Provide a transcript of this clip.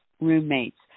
roommates